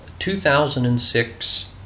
2006